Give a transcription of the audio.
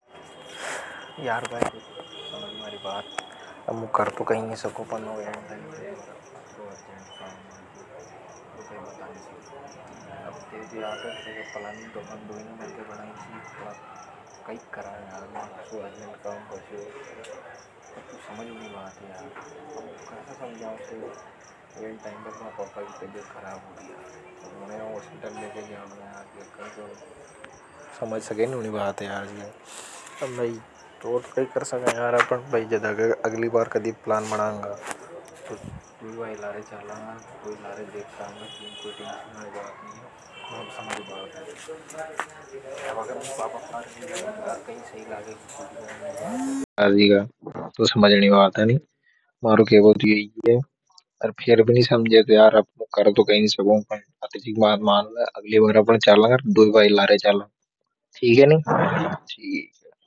यार भई सुन मारी। अब मु कर तो कहीं नी सकू ये सब को पनो या मतलब है। समझ सके नहीं बहुत है आज नहीं तो फिर कर सकते हैं अगली बार कभी प्लान बनाएंगा अ।